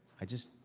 i just.